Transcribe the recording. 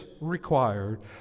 required